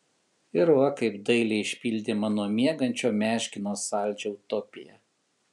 ir va kaip dailiai išpildė mano miegančio meškino saldžią utopiją